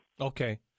Okay